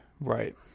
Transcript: Right